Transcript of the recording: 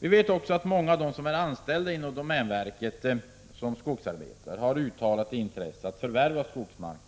Vi vet också att många av dem som i dag är anställda inom domänverket som skogsarbetare har ett uttalat intresse av att förvärva skogsmark